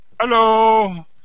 Hello